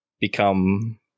become